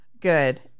good